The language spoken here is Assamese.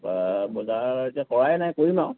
বজাৰ এতিয়া কৰাই নাই কৰিম আউ